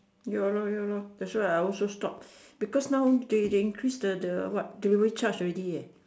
ya lor ya lor that's why I also stop because now they they increase the the what delivery charge already eh